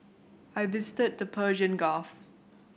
I visited the Persian Gulf